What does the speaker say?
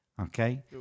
Okay